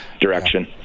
direction